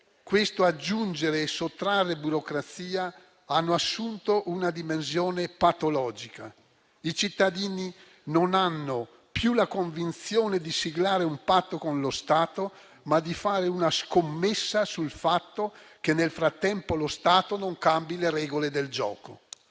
questo aggiungere e sottrarre burocrazia hanno assunto una dimensione patologica. I cittadini non hanno più la convinzione di siglare un patto con lo Stato, ma di fare una scommessa sul fatto che nel frattempo lo Stato non cambi le regole del gioco.